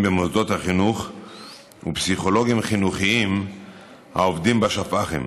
במוסדות החינוך ופסיכולוגים חינוכיים העובדים בשפ"חים.